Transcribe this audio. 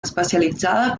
especialitzada